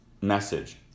Message